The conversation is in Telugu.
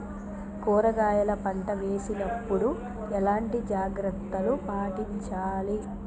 కూరగాయల పంట వేసినప్పుడు ఎలాంటి జాగ్రత్తలు పాటించాలి?